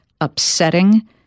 upsetting